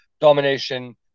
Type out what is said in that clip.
domination